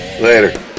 Later